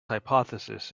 hypothesis